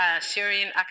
Syrian